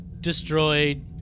destroyed